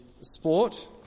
sport